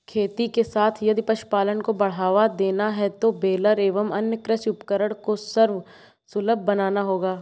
खेती के साथ यदि पशुपालन को बढ़ावा देना है तो बेलर एवं अन्य कृषि उपकरण को सर्वसुलभ बनाना होगा